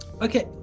Okay